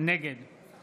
נגד